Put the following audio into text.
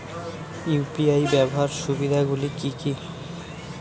UPI ব্যাবহার সুবিধাগুলি কি কি?